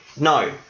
No